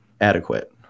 adequate